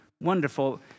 wonderful